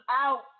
out